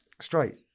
straight